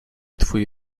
twoi